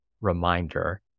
reminder